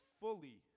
fully